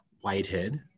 Whitehead